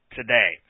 today